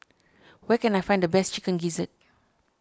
where can I find the best Chicken Gizzard